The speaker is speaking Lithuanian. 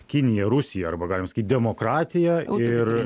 kinija rusija arba galim sakyt demokratija ir